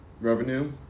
revenue